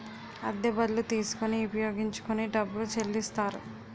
అద్దె బళ్ళు తీసుకొని ఉపయోగించుకొని డబ్బులు చెల్లిస్తారు